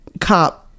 cop